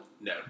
No